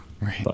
Right